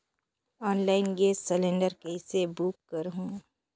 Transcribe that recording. Online gas cylinder कइसे book करहु?